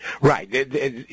Right